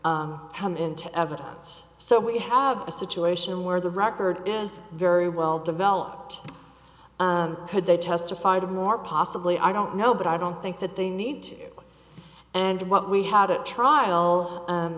miranda come into evidence so we have a situation where the record is very well developed and could they testified of more possibly i don't know but i don't think that they need to and what we had at trial